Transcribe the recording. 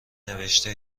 نوشیده